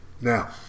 Now